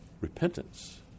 Repentance